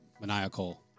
maniacal